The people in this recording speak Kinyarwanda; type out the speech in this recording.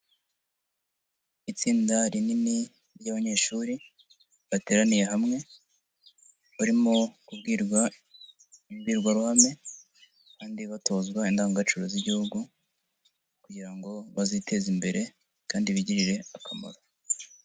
Itsinda rinini ry'abanyeshuri bateraniye hamwe barimo kubwirwa imbwirwaruhame kandi batozwa indangagaciro z'igihugu, kugira ngo baziteze imbere kandi bigirire akamaro.